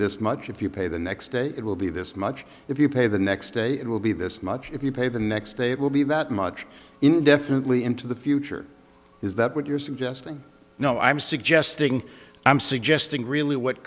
this much if you pay the next day it will be this much if you pay the next day it will be this much if you pay the next day it will be that much indefinitely into the future is that what you're suggesting no i'm suggesting i'm suggesting really what